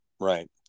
right